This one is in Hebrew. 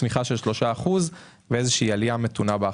קצב של צמיחה של 3% עם איזו שהיא עלייה בהכנסות.